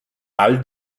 alle